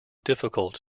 difficult